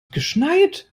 geschneit